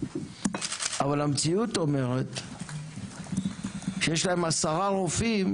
אבל המציאות אומרת שיש להם עשרה רופאים,